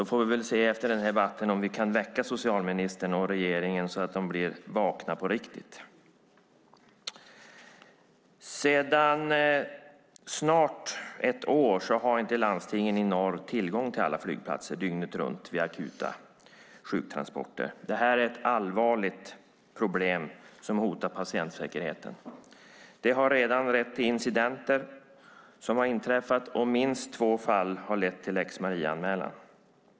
Efter den här debatten får vi väl se om vi kan väcka socialministern och regeringen så att de blir vakna på riktigt. Sedan snart ett år har inte landstingen i norr tillgång till alla flygplatser dygnet runt vid akuta sjuktransporter. Det är ett allvarligt problem som hotar patientsäkerheten. Det har redan lett till att det inträffat incidenter, och minst två fall har lett till lex Maria-anmälan.